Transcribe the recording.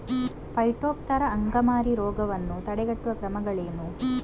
Phytophthora ಅಂಗಮಾರಿ ರೋಗವನ್ನು ತಡೆಗಟ್ಟುವ ಕ್ರಮಗಳೇನು?